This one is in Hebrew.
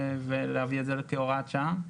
להביא את זה כהוראת שעה?